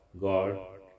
God